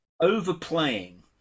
overplaying